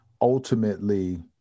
ultimately